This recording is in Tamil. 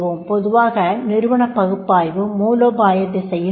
பொதுவாக நிறுவனப் பகுப்பாய்வு மூலோபாய திசையில் இருக்கும்